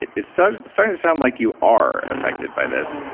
it's starting to starting to sound like you are affected by this.